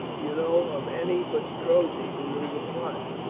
do you know of any but strozzi who knew the plot?